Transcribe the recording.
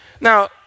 Now